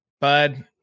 bud